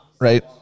Right